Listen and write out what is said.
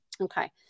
Okay